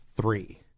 three